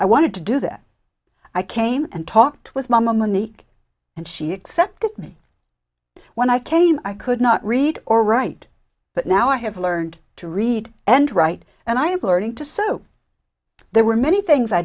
i wanted to do that i came and talked with mama monique and she accepted me when i came i could not read or write but now i have learned to read and write and i am boarding to so there were many things i